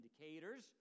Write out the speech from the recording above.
indicators